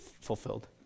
fulfilled